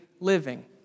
living